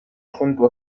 junto